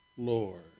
Lord